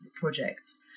projects